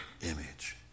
image